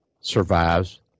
survives